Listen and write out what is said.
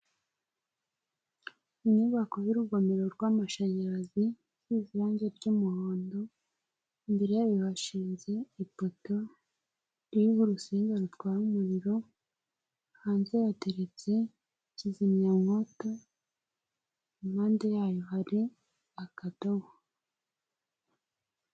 Inyubako y'urugomero rw'amashanyarazi isize irangi ry'umuhondo, imbere yayo hashinze ipoto ririho urusinga rutwara umuriro, hanze yaho hateretse kizimyamwoto, impande yayo hari akadobo.